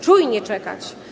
Czujnie czekać.